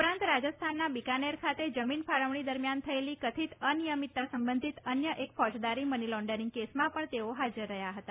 ઉપરાંત રાજસ્થાનના બિકાનેર ખાતે જમીન ફાળવણી દરમ્યાન થયેલી કથિત અનિયમિતતા સંબંધિત અન્ય એક ફોજદારી મની લોન્ડરીંગ કેસમાં પણ તેઓ હાજર રહ્યા હતા